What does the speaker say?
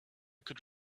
could